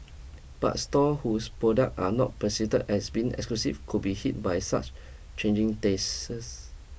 but store whose product are not perceived as being exclusive could be hit by such changing tastes